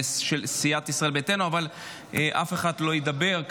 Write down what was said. מסיעת ישראל ביתנו אבל אף אחד לא ידבר,